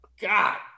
God